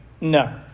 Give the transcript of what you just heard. No